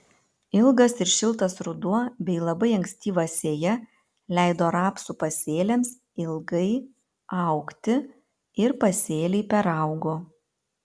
ilgas ir šiltas ruduo bei labai ankstyva sėja leido rapsų pasėliams ilgai augti ir pasėliai peraugo